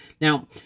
Now